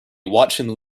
watching